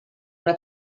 una